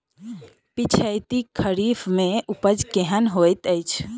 पिछैती खरीफ मे उपज केहन होइत अछि?